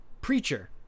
Preacher